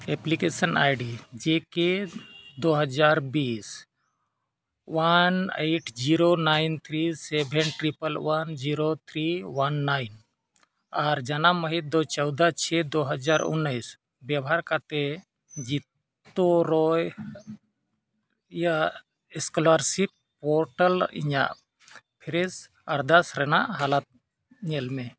application ID J K ᱫᱩ ᱦᱟᱡᱟᱨ ᱵᱤᱥ one eight zero nine three seven triple one zero three one nine ᱟᱨ ᱡᱟᱱᱟᱢ ᱢᱟᱹᱦᱤᱛ ᱫᱚ ᱪᱳᱫᱫᱳ ᱪᱷᱚᱭ ᱫᱩ ᱦᱟᱡᱟᱨ ᱩᱱᱤᱥ ᱵᱮᱵᱚᱦᱟᱨ ᱠᱟᱛᱮᱫ ᱡᱟᱹᱛᱤᱭᱟᱹᱨᱤ ᱤᱭᱟᱹ ᱥᱠᱚᱞᱟᱨᱥᱤᱯ ᱯᱳᱨᱴᱟᱞ ᱤᱧᱟᱹᱜ ᱯᱷᱨᱮᱥ ᱟᱨᱫᱟᱥ ᱨᱮᱱᱟᱜ ᱦᱟᱞᱚᱛ ᱧᱮᱞᱢᱮ